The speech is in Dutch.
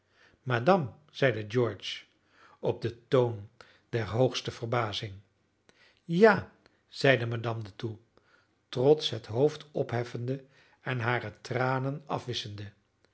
zeide george op den toon der hoogste verbazing ja zeide madame de thoux trotsch het hoofd opheffende en hare tranen afwisschende